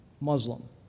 Muslim